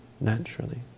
naturally